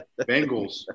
Bengals